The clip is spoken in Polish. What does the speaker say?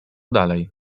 dalej